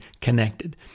connected